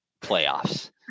playoffs